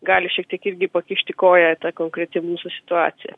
gali šiek tiek irgi pakišti koją ta konkreti mūsų situacija